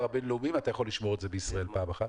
הבינלאומיים אתה יכול לשמור את זה בישראל פעם אחת.